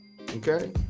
okay